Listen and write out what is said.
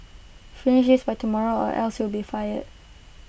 finish this by tomorrow or else you'll be fired